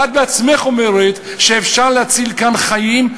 אבל את בעצמך אומרת שאפשר להציל כאן חיים,